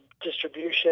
distribution